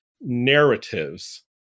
narratives